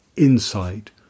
insight